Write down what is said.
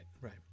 right